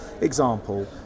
example